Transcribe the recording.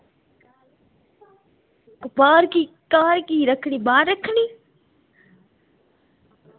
बाह्र की घर की रक्खनी बाह्र रक्खनी